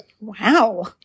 Wow